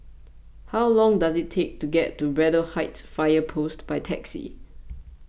how long does it take to get to Braddell Heights Fire Post by taxi